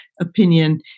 opinion